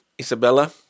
Isabella